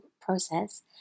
process